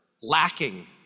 lacking